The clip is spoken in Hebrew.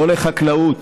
לא לחקלאות,